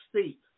state